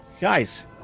Guys